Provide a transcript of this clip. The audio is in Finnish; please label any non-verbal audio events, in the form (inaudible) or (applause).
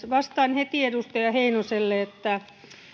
(unintelligible) vastaan heti edustaja heinoselle että